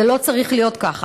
זה לא צריך להיות ככה.